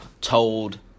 told